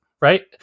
right